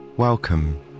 Welcome